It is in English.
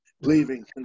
leaving